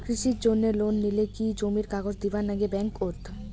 কৃষির জন্যে লোন নিলে কি জমির কাগজ দিবার নাগে ব্যাংক ওত?